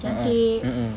ah ah mmhmm